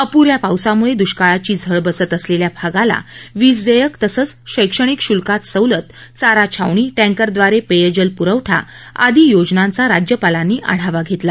अपुऱ्या पावसामुळे दुष्काळाची झळ बसत असलेल्या भागाला वीज देयक तसंच शैक्षणिक शुल्कात सवलत चारा छावणी टैंकरद्वारे पेयजल पुरवठा आदी योजनांचा राज्यपालांनी आढावा घेतला